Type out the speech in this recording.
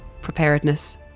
preparedness